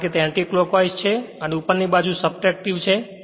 કારણ કે તે એન્ટિલોકવાઇઝ છે અને ઉપરની બાજુ સબટ્રેક્ટિવ છે